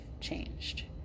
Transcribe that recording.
changed